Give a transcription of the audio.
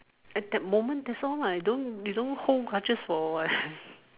at that moment that's all lah you don't you don't hold grudges for what